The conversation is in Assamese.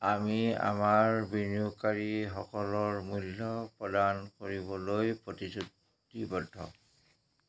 আমি আমাৰ বিনিয়োগকাৰীসকলৰ মূল্য প্ৰদান কৰিবলৈ প্ৰতিশ্ৰুতিবদ্ধ